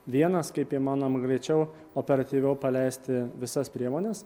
vienas kaip įmanoma greičiau operatyviau paleisti visas priemones